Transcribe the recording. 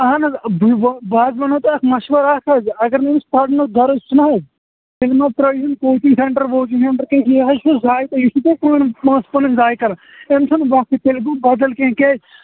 اَہَن حظ بہٕ حظ وَنو تۄہہِ اکھ مَشوَرٕ حظ اگر نہٕ أمِس پَرُن چھُنہٕ حظ تیلہِ ما ترٲیہُن کوچِنٛگ سٮ۪نٛٹَر ووچِنٛگ سٮ۪نٛٹَر کیاز یہِ چھُ ضایہِ تۄہہِ یہِ تۄہہِ پانَس پونٛسہٕ پَنٕنۍ ضایہِ کَران أمۍ سُنٛد وَقت تیلہِ گوو بَدَل کینٛہہ کیاز تُہۍ چھو پانَس